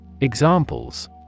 Examples